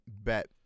bet